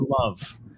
love